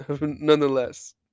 Nonetheless